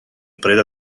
preda